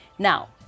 Now